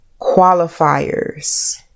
qualifiers